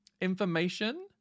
information